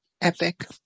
Epic